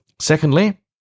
Secondly